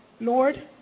Lord